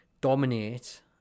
dominate